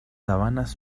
sabanas